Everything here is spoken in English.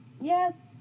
Yes